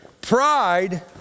Pride